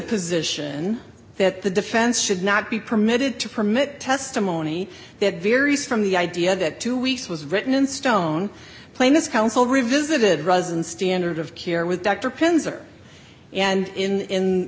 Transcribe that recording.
position that the defense should not be permitted to permit testimony that varies from the idea that two weeks was written in stone planus council revisited resin standard of care with